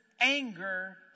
anger